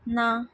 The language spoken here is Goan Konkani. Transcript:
ना